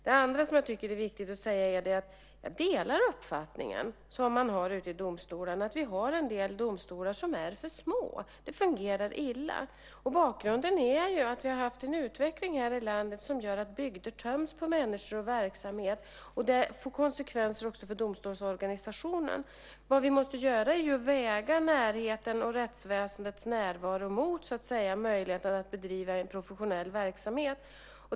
Det andra som jag tycker är viktigt att säga är att jag delar uppfattningen som man har ute i domstolarna. Vi har en del domstolar som är för små. Det fungerar illa. Bakgrunden är att vi har haft en utveckling här i landet som gör att bygder töms på människor och verksamhet. Det får konsekvenser också för domstolsorganisationen. Vad vi måste göra är att väga närheten och rättsväsendets närvaro mot möjligheten att bedriva en professionell verksamhet.